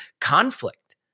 conflict